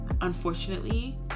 unfortunately